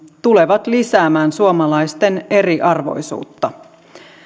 tulevat lisäämään suomalaisten eriarvoisuutta